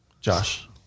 Josh